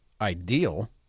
ideal